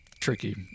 Tricky